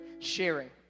sharing